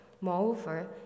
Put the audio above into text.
Moreover